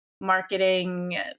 marketing